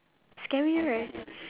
scary right